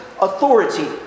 authority